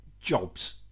jobs